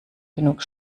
genug